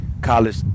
college